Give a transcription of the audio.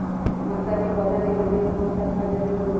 मक्का के पौधा के वृद्धि में कौन सा खाद जरूरी होगा?